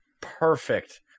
Perfect